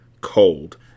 cold